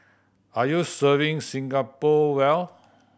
are you serving Singapore well